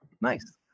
Nice